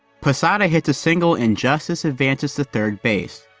posada hit a single and justice advances the third base.